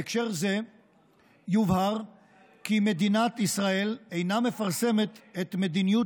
בהקשר זה יובהר כי מדינת ישראל אינה מפרסמת את מדיניות